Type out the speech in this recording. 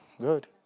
Good